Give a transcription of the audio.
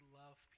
love